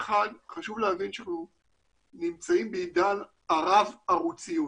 חשוב להבין שאנחנו נמצאים בעידן הרב ערוציות.